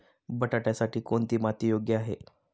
बटाट्यासाठी कोणती माती योग्य आहे?